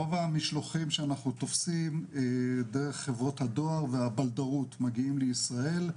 רוב המשלוחים שאנחנו תופסים דרך חברות הדואר והבלדרות מגיעים לישראל,